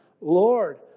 Lord